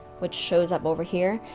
which shows up over here,